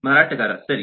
ಮಾರಾಟಗಾರ ಸರಿ